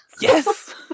Yes